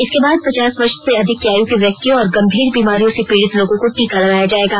इसके बाद पचास वर्ष से अधिक की आयु के व्यक्तियों और गंभीर बीमारियों से पीडित लोगों को टीका लगाया जाएगा